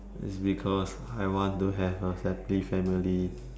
that's because I want to have a happy family